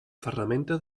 ferramenta